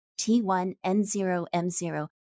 T1N0M0